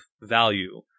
value